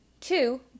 Two